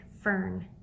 Fern